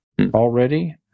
already